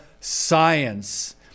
science